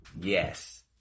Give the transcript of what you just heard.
Yes